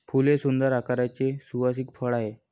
फूल हे सुंदर आकाराचे सुवासिक फळ आहे